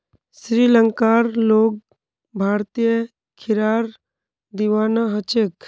श्रीलंकार लोग भारतीय खीरार दीवाना ह छेक